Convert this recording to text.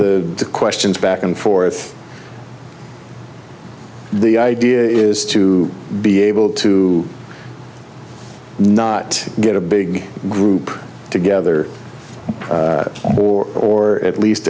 the questions back and forth the idea is to be able to not get a big group together or at least